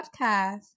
Podcast